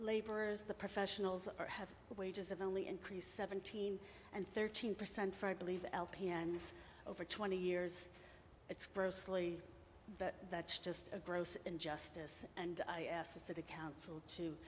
laborers the professionals have the wages of only increased seventeen and thirteen percent for i believe and this over twenty years it's grossly but that's just a gross injustice and i asked the city council to